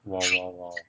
!wow! !wow! !wow!